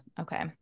okay